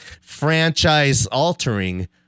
franchise-altering